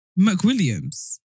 McWilliams